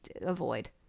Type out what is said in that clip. avoid